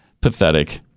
Pathetic